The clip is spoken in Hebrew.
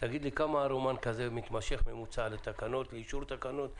תגיד לי כמה זמן רומן כזה מתמשך בממוצע לאישור תקנות,